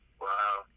Wow